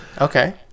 Okay